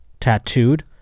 tattooed